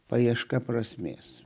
paieška prasmės